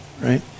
right